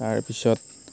তাৰপিছত